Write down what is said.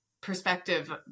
perspective